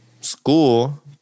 school